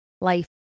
life